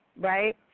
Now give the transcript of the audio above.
Right